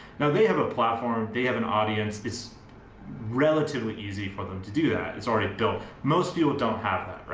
now they have a platform, they have an audience. it's relatively easy for them to do that, it's already built. most people don't have that,